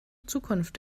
zukunft